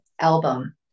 album